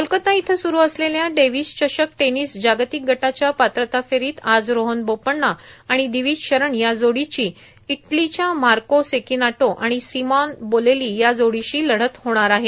कोलकाता इथं सुरू असलेल्या डेव्हिस चषक टेर्निस जार्गातक गटाच्या पात्रता फेरोंत आज रोहन बोपण्णा आर्माण र्दावज शरण या जोडीची इटलांच्या मार्का र्सोकनाटो र्आण र्सिमॉन बोलेलो या जोडीशी लढत होणार आहे